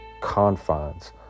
confines